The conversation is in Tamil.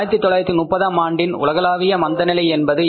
1930ஆம் ஆண்டின் உலகளாவிய மந்தநிலை என்பது என்ன